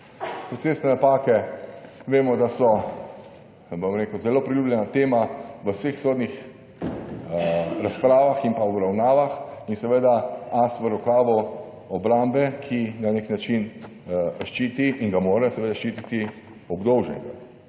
Procesne napake, vemo, da so, bom rekel, zelo priljubljena tema v vseh sodnih razpravah in pa obravnavah in seveda as v rokavu obrambe, ki na nek način ščiti in ga mora seveda ščititi obdolženec